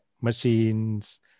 machines